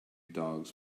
dogs